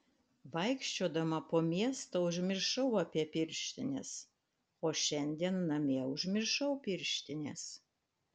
vaikščiodama po miestą užmiršau apie pirštines o šiandien namie užmiršau pirštines